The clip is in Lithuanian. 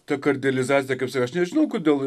ta kardelizacija kaip sakai aš nežinau kodėl